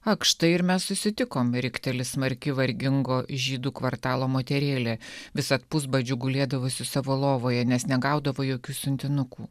ak štai ir mes susitikom rikteli smarkiai vargingo žydų kvartalo moterėlė visad pusbadžiu gulėdavo su savo lovoje nes negaudavo jokių siuntinukų